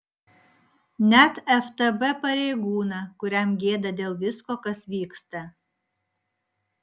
net ftb pareigūną kuriam gėda dėl visko kas vyksta